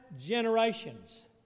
Generations